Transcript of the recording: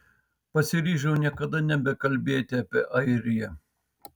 pasiryžau niekada nebekalbėti apie airiją